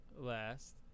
Last